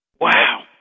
Wow